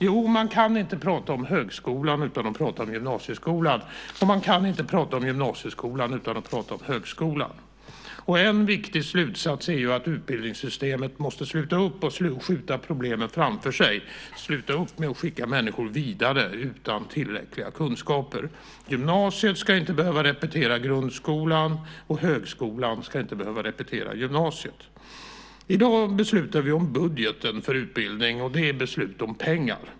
Jo, man kan inte tala om högskolan utan att tala om gymnasieskolan, och man kan inte tala om gymnasieskolan utan att tala om högskolan. En viktig slutsats är att utbildningssystemet måste sluta upp med att skjuta problemen framför sig och sluta upp med att skicka människor vidare utan tillräckliga kunskaper. Gymnasiet ska inte behöva repetera grundskolan, och högskolan ska inte behöva repetera gymnasiet. I dag ska vi fatta beslut om budgeten för utbildning, och det är beslut om pengar.